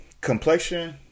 complexion